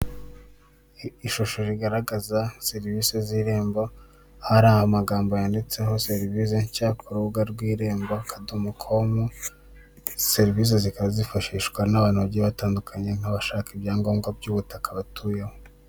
Ishusho rigaragaza serivisi z'irembo ahari amagambo yanditseho serivisi nshya ku rubuga rw'irembo akadomo komu, serivisi zikaba zifashishwa n'abantu bagiye batandukanye nk'abashaka ibyangombwa by'ubutaka batuyeho.